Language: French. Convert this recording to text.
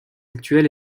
actuelle